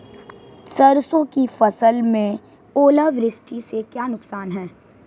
सरसों की फसल में ओलावृष्टि से क्या नुकसान है?